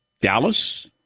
Dallas